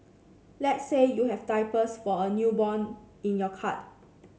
let's say you have diapers for a newborn in your cart